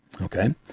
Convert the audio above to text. Okay